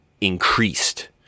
increased